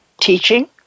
teaching